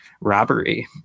robbery